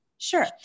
Sure